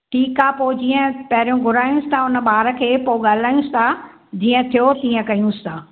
ठीक आहे पोइ जीअं पहिरियों घुरायूंसि था हुन ॿार खे पोइ ॻाल्हायूंसि था जीअं थियो तीअं कयूंसि था